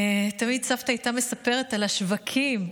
תמיד סבתא הייתה מספרת על השווקים.